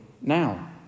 now